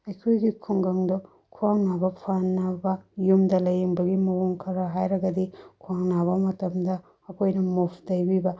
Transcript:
ꯑꯩꯈꯣꯏꯒꯤ ꯈꯨꯡꯒꯪꯗ ꯈ꯭ꯋꯥꯡ ꯅꯥꯕ ꯐꯅꯕ ꯌꯨꯝꯗ ꯂꯥꯏꯌꯦꯡꯕꯒꯤ ꯃꯑꯣꯡ ꯈꯔ ꯍꯥꯏꯔꯒꯗꯤ ꯈ꯭ꯋꯥꯡ ꯅꯥꯕ ꯃꯇꯝꯗ ꯑꯩꯈꯣꯏꯅ ꯃꯨꯞ ꯇꯩꯕꯤꯕ